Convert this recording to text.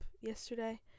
yesterday